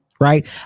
right